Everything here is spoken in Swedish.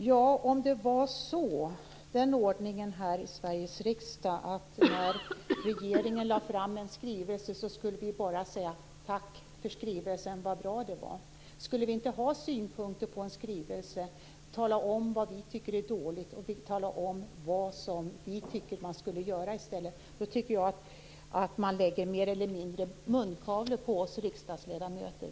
Fru talman! Om ordningen här i Sveriges riksdag när regeringen lägger fram en skrivelse var den att vi bara skulle tacka för skrivelsen och säga att den var bra, om vi inte skulle få ha synpunkter på skrivelsen och tala om vad vi tycker är dåligt och vad man borde göra i stället, vore det enligt min mening att mer eller mindre lägga munkavle på oss riksdagsledamöter.